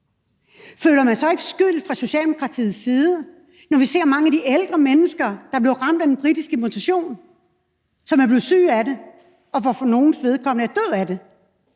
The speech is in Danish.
Føler man så ikke skyld fra Socialdemokratiets side, når vi ser, at mange af de ældre mennesker er blevet ramt af den britiske mutation og blevet syge af det, og at nogle af dem er døde af det?